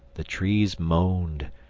the trees moaned,